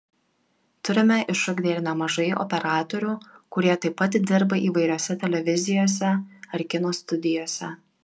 turime išugdę ir nemažai operatorių kurie taip pat dirba įvairiose televizijose ar kino studijose